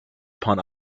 upon